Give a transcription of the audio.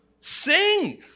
sing